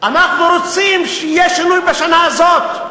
אנחנו רוצים שיהיה שינוי בשנה הזאת,